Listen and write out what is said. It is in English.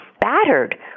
battered